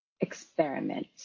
experiment